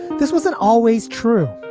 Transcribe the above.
this wasn't always true.